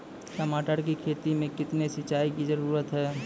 टमाटर की खेती मे कितने सिंचाई की जरूरत हैं?